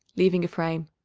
leaving a frame.